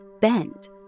Bend